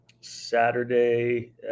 saturday